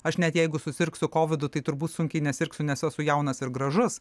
aš net jeigu susirgsiu kovidu tai turbūt sunkiai nesirgsiu nes esu jaunas ir gražus